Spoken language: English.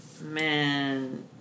Man